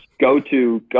go-to